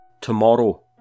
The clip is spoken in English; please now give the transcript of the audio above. Tomorrow